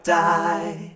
die